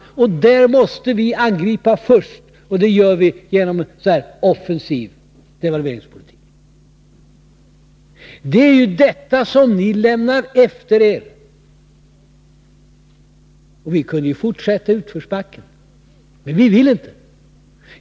Detta måste nu regeringen angripa först av allt, och det gör vi genom en offensiv devalveringspolitik. Det är detta ni lämnar efter er. Vi kunde i och för sig fortsätta denna politik i utförsbacke, men det vill vi inte.